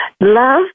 love